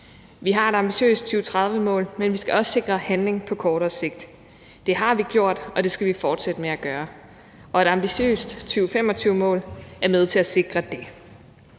Vi har et ambitiøst 2030-mål, men vi skal også sikre handling på kortere sigt. Det har vi gjort, og det skal vi fortsætte med at gøre, og et ambitiøst 2025-mål er med til at sikre det.